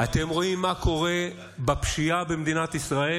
אתם רואים מה קורה בפשיעה במדינת ישראל?